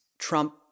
Trump